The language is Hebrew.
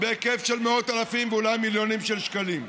בהיקף של מאות אלפים ואולי מיליונים של שקלים.